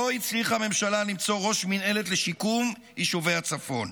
לא הצליחה הממשלה למצוא ראש מינהלת לשיקום יישובי הצפון.